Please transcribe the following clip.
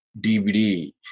dvd